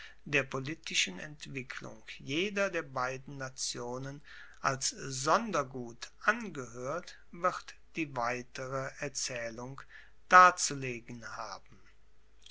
der politischen entwicklung jeder der beiden nationen als sondergut angehoert wird die weitere erzaehlung darzulegen haben